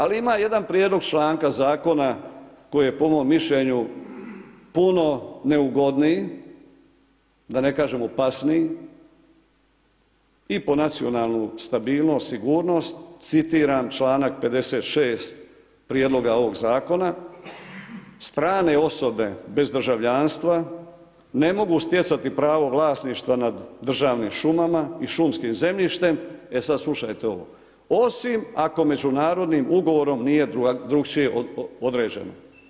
Ali ima jedan prijedlog članka zakona koji je po mom mišljenju puno neugodniji, da ne kažem opasniji i po nacionalnu stabilnost, sigurnost, citiram čl. 56. prijedloga ovoga zakona, strane osobe bez državljanstva, ne mogu stjecati pravo vlasništva nad državnim šumama i šumskim zemljištem, e sad slušate ovo, osim ako međunarodnim ugovorom nije drugačije određeno.